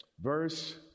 Verse